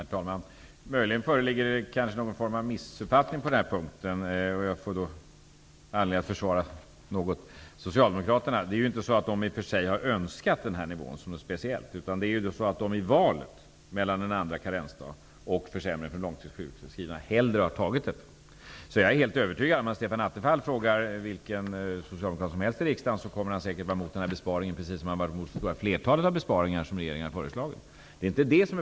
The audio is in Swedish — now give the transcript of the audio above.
Herr talman! Det föreligger möjligen någon form av missuppfattning på den här punkten. Jag får därför anledning att något försvara Det är ju inte så att den här nivån är ett speciellt önskemål från Socialdemokraterna. I stället är det så att de i valet mellan en andra karensdag och försämringar för långtidssjukskrivna hellre har valt den här lösningen. Jag är helt övertygad om att vilken socialdemokrat i riksdagen som Stefan Attefall än frågar kommer att vara emot den här besparingen, precis som han har varit emot det stora flertalet av de besparingar som regeringen har föreslagit.